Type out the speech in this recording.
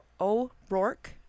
O'Rourke